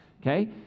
okay